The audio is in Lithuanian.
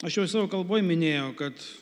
aš jau savo kalboj minėjau kad